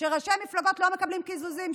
שראשי מפלגות לא מקבלים קיזוזים.